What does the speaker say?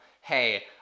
hey